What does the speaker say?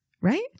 right